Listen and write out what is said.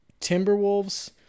Timberwolves